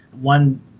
one